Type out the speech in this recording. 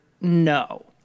No